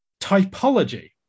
typology